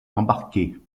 embarqués